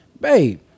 babe